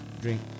Drink